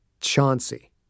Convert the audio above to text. Chauncey